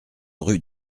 rue